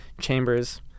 chambers